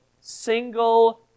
single